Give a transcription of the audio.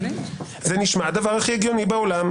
"זה נשמע הדבר הכי הגיוני בעולם.